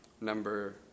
number